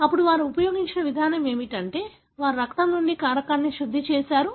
అప్పుడు వారు ఉపయోగించిన విధానం ఏమిటంటే వారు రక్తం నుండి కారకాన్ని శుద్ధి చేశారు